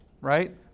right